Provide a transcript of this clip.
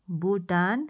Bhutan